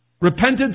Repentance